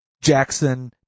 Jackson